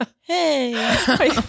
Hey